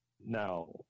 Now –